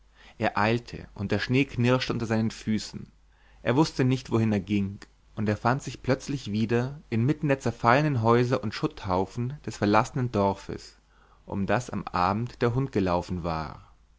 er eilte und der schnee knirschte unter seinen füßen er wußte nicht wohin er ging und er fand sich plötzlich wieder inmitten der zerfallenen häuser und schutthaufen des verlassenen dorfes um das am abend der hund gelaufen war